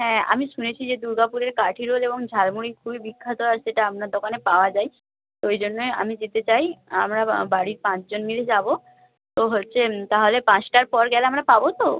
হ্যাঁ আমি শুনেছি যে দুর্গাপুরের কাঠি রোল এবং ঝাল মুড়ি খুবই বিখ্যাত আর সেটা আপনার দোকানে পাওয়া যায় তো ওই জন্য আমি যেতে চাই আমরা বা বাড়ির পাঁচজন মিলে যাব তো হচ্ছে তাহলে পাঁচটার পর গেলে আমরা পাব তো